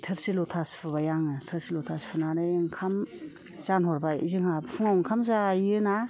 थोरसि लथा सुबाय आङो थोरसि लथा सुनानै ओंखाम जानहरबाय जोंहा फुङाव ओंखाम जायोना